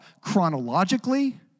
chronologically